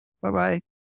Bye-bye